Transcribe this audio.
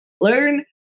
Learn